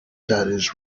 caddies